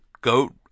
Goat